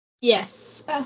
yes